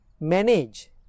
manage